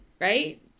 right